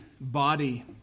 body